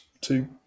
two